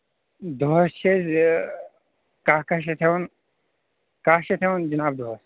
دۄہَس چھِ أسی یہِ کَہہ کَہہ شَتھ ہٮ۪وان کَہہ شَتھ ہٮ۪وان جِناب دۄہَس